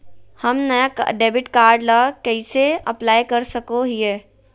हम नया debit card ला कइसे अप्लाई कर सको हियै?